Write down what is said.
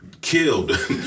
killed